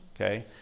okay